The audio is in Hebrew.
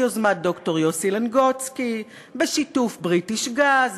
ביוזמת ד"ר יוסי לנגוצקי, בשיתוף "בריטיש גז".